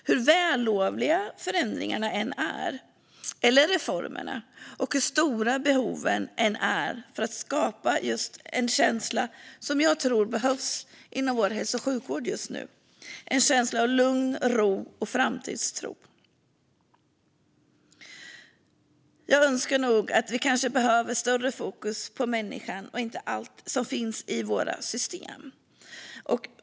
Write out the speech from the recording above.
Hur vällovliga förändringarna och reformerna än är, och hur stora behoven än är, tror jag att man inom vår hälso och sjukvård just nu behöver skapa en känsla av lugn, ro och framtidstro. Jag önskar att vi skulle ha större fokus på människan och inte på allt som finns i våra system.